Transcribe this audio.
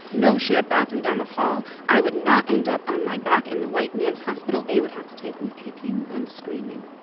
no shared bathroom down the hall. i would not end up on my back in the white man's hospital. they would have to take me kicking and screaming.